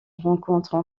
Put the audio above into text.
rencontrent